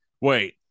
Wait